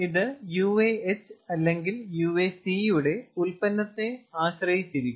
ഇത് h അല്ലെങ്കിൽ c യുടെ ഉൽപന്നത്തെ ആശ്രയിച്ചിരിക്കും